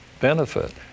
benefit